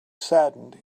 saddened